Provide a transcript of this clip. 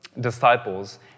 disciples